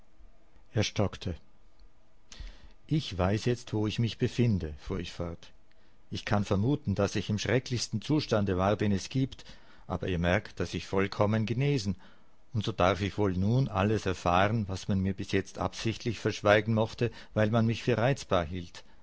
er stockte ich weiß jetzt wo ich mich befinde fuhr ich fort ich kann vermuten daß ich im schrecklichsten zustande war den es gibt aber ihr merkt daß ich vollkommen genesen und so darf ich wohl nun alles erfahren was man mir bis jetzt absichtlich verschweigen mochte weil man mich für reizbar hielt